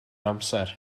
amser